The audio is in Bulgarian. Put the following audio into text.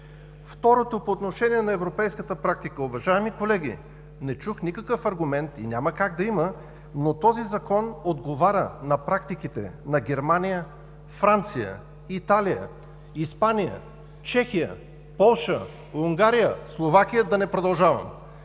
Второто, по отношение на европейската практика. Уважаеми колеги, не чух никакъв аргумент и няма как да има, но този Закон отговаря на практиките на Германия, Франция, Италия, Испания, Чехия, Полша, Унгария, Словакия – да не продължавам.